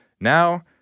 Now